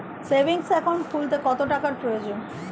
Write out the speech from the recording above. Savings account খুলতে কত টাকার প্রয়োজন?